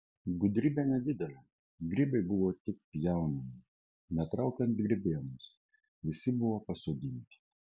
gudrybė nedidelė grybai buvo tik pjaunami netraukant grybienos visi buvo pasodinti